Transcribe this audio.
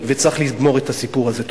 וצריך לגמור את הסיפור הזה.